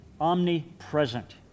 omnipresent